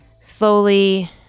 slowly